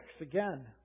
again